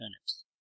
turnips